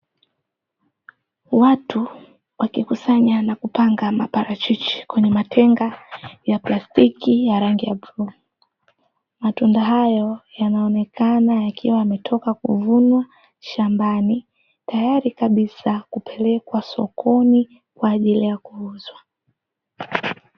Watu wakikusanya na kupanga maparachichi kwenye matenga ya plastiki ya rangi ya bluu. Matunda hayo yanaonekana yakiwa yametoka kuvunwa shambani, tayari kabisa kupelekwa sokoni kwa ajili ya kuuzwa.